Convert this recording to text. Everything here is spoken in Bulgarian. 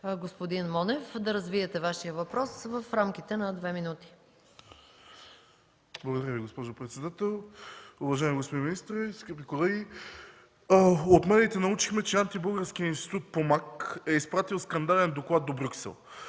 господин Монев, да развиете Вашия въпрос. ГАЛЕН МОНЕВ (Атака): Благодаря Ви, госпожо председател. Уважаеми господин министър, скъпи колеги! От медиите научихме, че антибългарският Институт „Помак” е изпратил скандален доклад до Брюксел,